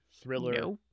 thriller